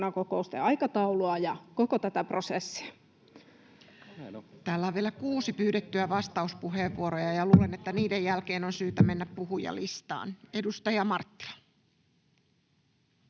ja koko tätä prosessia. Täällä on vielä kuusi pyydettyä vastauspuheenvuoroa, ja luulen, että niiden jälkeen on syytä mennä puhujalistaan. — Edustaja Marttila.